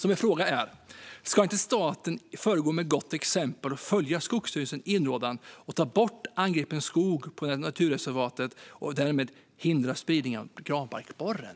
Min fråga är: Ska inte staten föregå med gott exempel och följa Skogsstyrelsens inrådan att ta bort angripen skog på naturreservatet och därmed hindra spridning av granbarkborren?